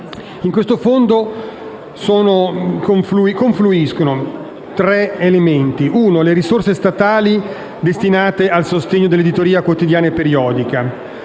Su tale Fondo confluiscono tre elementi: le risorse statali destinate al sostegno all'editoria quotidiana e periodica;